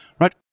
Right